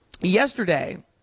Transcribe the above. yesterday